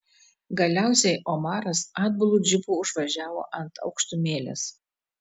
galiausiai omaras atbulu džipu užvažiavo ant aukštumėlės